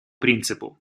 принципу